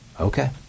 okay